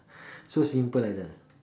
so simple like that ah